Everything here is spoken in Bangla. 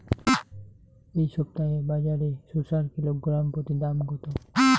এই সপ্তাহে বাজারে শসার কিলোগ্রাম প্রতি দাম কত?